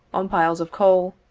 on piles of coal,